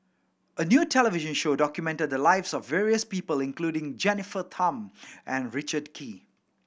a new television show documented the lives of various people including Jennifer Tham and Richard Kee